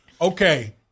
okay